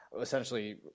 essentially